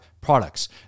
products